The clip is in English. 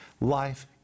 Life